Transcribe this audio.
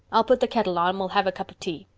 i'll put the kettle on and we'll have a cup of tea.